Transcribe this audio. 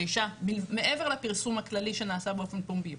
מעבר לפרסום הכללי שנעשה באופן פומבי,